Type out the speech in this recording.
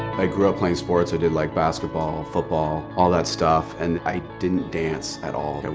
i grew up playing sports, i did like basketball, football, all that stuff, and i didn't dance at all.